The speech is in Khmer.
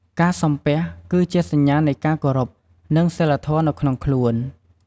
ការសំពះគឺជាសញ្ញានៃការគោរព និងសីលធម៌នៅក្នុងខ្លួន។